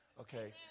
Okay